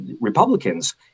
Republicans